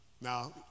now